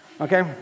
okay